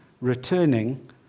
returning